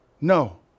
No